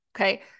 Okay